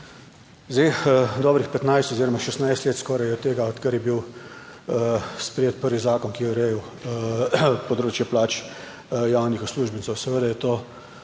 Zdaj je dobrih 15 oziroma 16 let skoraj od tega, odkar je bil sprejet prvi zakon, ki je urejal področje plač javnih uslužbencev. Seveda je to